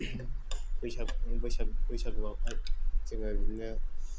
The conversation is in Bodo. बैसाग बैसाग बैसागुआवहाय जोङो बिदिनो